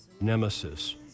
Nemesis